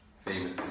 Famous